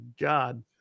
God